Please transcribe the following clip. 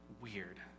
Weird